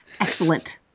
Excellent